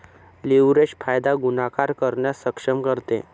leverage फायदा गुणाकार करण्यास सक्षम करते